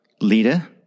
leader